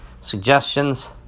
suggestions